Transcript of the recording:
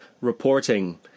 reporting